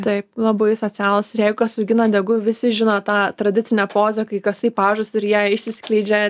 taip labai socialūs ir jeigu kas augina degu visi žino tą tradicinę pozą kai kasai pažastį ir jie išsiskleidžia